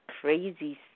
crazy